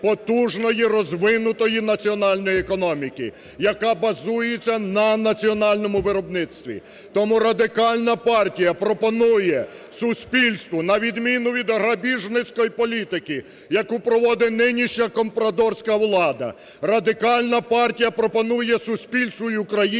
Радикальна партія пропонує суспільству і Україні